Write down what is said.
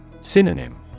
Synonym